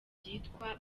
ryitwa